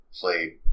played